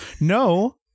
No